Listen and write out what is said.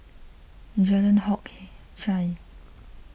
Jalan Hock Chye